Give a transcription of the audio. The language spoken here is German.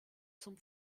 zum